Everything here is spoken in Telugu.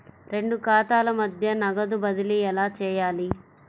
రెండు ఖాతాల మధ్య నగదు బదిలీ ఎలా చేయాలి?